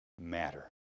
matter